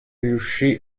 riuscì